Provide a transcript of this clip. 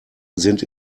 sind